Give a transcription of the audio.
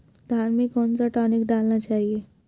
धान में कौन सा टॉनिक डालना चाहिए?